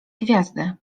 gwiazdy